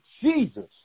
Jesus